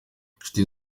inshuti